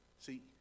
See